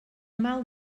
mal